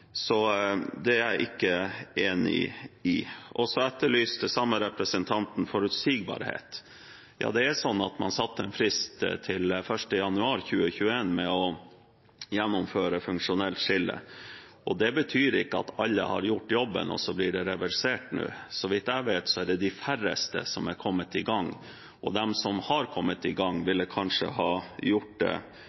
Det er jeg ikke enig i. Så etterlyste den samme representanten forutsigbarhet. Ja, man satte en frist til 1. januar 2021 for å gjennomføre funksjonelt skille. Det betyr ikke at alle har gjort jobben, og at blir det reversert nå. Så vidt jeg vet, er det de færreste som har kommet i gang, og de som har kommet i gang, ville kanskje ha gjort det